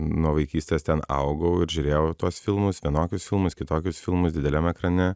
nuo vaikystės ten augau ir žiūrėjau tuos filmus vienokius filmus kitokius filmus dideliam ekrane